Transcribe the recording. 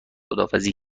خداحافظی